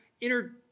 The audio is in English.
inner